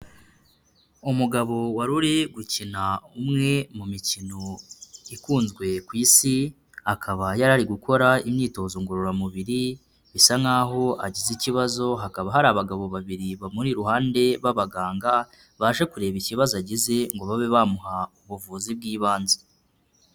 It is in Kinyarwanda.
Umugabo wari uri gukina umwe mu mikino ikunzwe ku Isi, akaba yari ari gukora imyitozo ngororamubiri, bisa nkaho agize ikibazo hakaba hari abagabo babiri bamuri iruhande b'abaganga baje kureba ikibazo agize ngo babe bamuha ubuvuzi bw'ibanze.